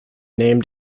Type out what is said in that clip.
named